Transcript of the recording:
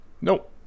Nope